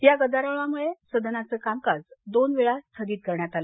या गदारोळामुळे सदनाचं कामकाज दोनवेळा स्थगित करण्यात आलं